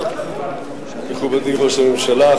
מכובדי ראש הממשלה,